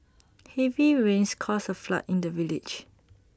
heavy rains caused A flood in the village